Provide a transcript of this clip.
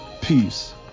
peace